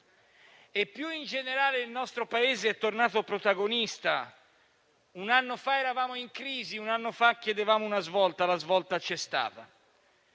Più in generale, il nostro Paese è tornato protagonista. Un anno fa eravamo in crisi, un anno fa chiedevamo una svolta e la svolta c'è stata.